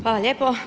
Hvala lijepo.